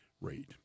rate